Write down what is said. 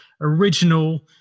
original